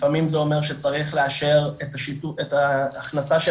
לפעמים זה אומר שצריך לאשר את ההכנסה של